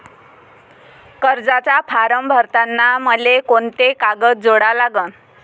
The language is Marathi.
कर्जाचा फारम भरताना मले कोंते कागद जोडा लागन?